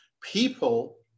people